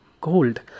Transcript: cold